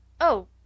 Oh